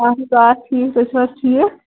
اہَن حظ آ ٹھیٖک تُہۍ چھُو حظ ٹھیٖک